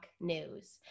news